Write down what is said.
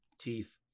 teeth